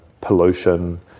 pollution